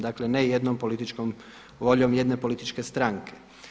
Dakle ne jednom političkom voljom jedne političke stranke.